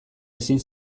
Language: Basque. ezin